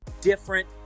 different